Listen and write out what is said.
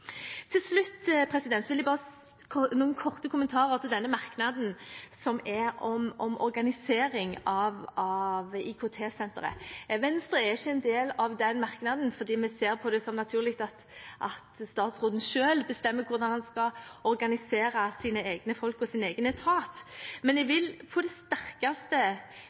Til slutt vil jeg komme med noen korte kommentarer til denne merknaden om organisering av IKT-senteret. Venstre er ikke en del av den merknaden fordi vi ser det som naturlig at statsråden selv bestemmer hvordan han skal organisere sine egne folk og sin egen etat, men jeg vil på det